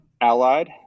Allied